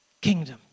Kingdom